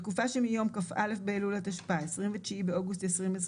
בתקופה שמיום כ״א באלול התשפ״א (29 באוגוסט 2021)